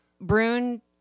Brune